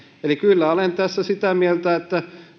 kyllä olen tässä sitä mieltä että